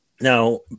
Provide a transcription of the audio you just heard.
Now